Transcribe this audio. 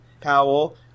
Powell